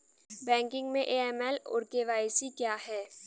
Banking में AML और KYC क्या हैं?